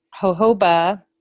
jojoba